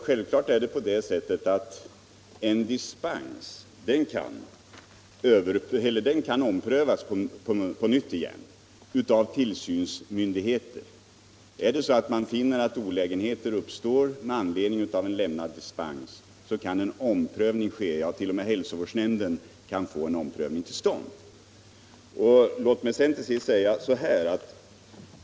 Självfallet kan en dispens omprövas av tillsynsmyndigheterna om dessa finner att olägenheter uppstår på grund av en meddelad dispens. Hälsovårdsnämnden kan exempelvis få en omprövning till stånd.